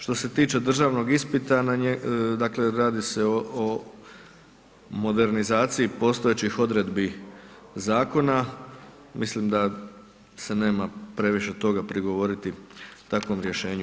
Što se tiče, što se tiče državnog ispita, dakle radi se o modernizaciji postojećih odredbi Zakona, mislim da se nema previše toga prigovoriti takvom rješenju.